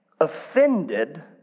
offended